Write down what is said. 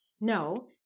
No